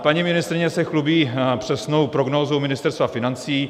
Paní ministryně se chlubí přesnou prognózou Ministerstva financí.